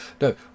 no